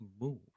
move